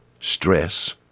stress